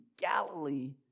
Galilee